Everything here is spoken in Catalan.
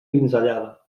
pinzellada